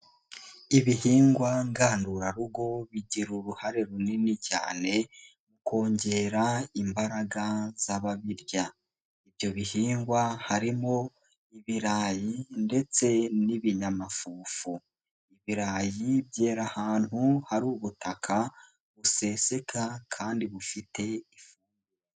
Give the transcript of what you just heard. Ibihingwa ngandurarugo bigira uruhare runini cyane mu kongera imbaraga z'ababirya, ibyo bihingwa harimo: ibirayi ndetse n'ibinyamafufu, ibirayi byera ahantu hari ubutaka buseseka kandi bufite ifu.